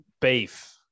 Beef